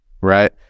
Right